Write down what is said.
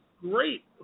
Great